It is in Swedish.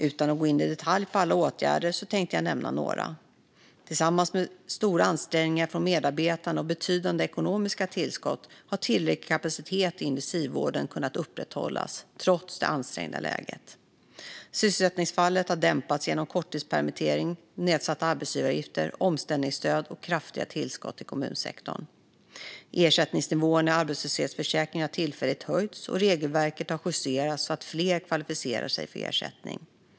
Utan att gå in i detalj på alla åtgärder tänkte jag nämna några. Tillsammans med stora ansträngningar från medarbetarna och betydande ekonomiska tillskott har tillräcklig kapacitet i intensivvården kunnat upprätthållas, trots det ansträngda läget. Sysselsättningsfallet har dämpats genom korttidspermitteringar, nedsatta arbetsgivaravgifter, omställningsstöd och kraftiga tillskott till kommunsektorn. Ersättningsnivåerna i arbetslöshetsförsäkringen har tillfälligt höjts, och regelverket har justerats så att fler kvalificerar sig för ersättning.